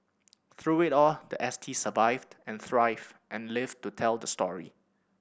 through it all the S T survived and thrived and lived to tell the story